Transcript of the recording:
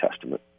Testament